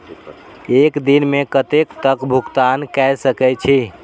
एक दिन में कतेक तक भुगतान कै सके छी